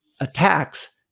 attacks